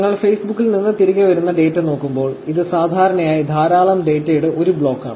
നിങ്ങൾ ഫേസ്ബുക്കിൽ നിന്ന് തിരികെ വരുന്ന ഡാറ്റ നോക്കുമ്പോൾ ഇത് സാധാരണയായി ധാരാളം ഡാറ്റയുടെ ഒരു ബ്ലോക്കാണ്